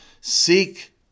Seek